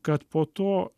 kad po to